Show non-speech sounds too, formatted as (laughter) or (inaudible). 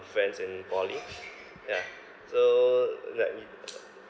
friends in poly yeah so like we (noise)